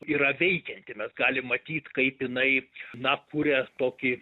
yra veikianti mes galim matyt kaip jinai na kuria tokį